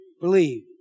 believe